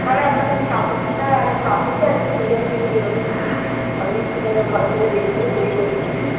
তাহলে আপনাকে আমি কাপড়টা আর কাপড়টা আর একটা চুড়িদারের পিস দিয়ে পাঠিয়ে দিচ্ছি আপনি একটু তাহলে ভালো করে রেডি করে তৈরি করে দিবেন হ্যাঁ